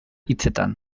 hitzetan